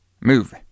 move